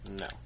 No